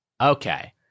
Okay